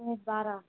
ये बारह